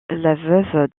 veuve